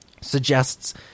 suggests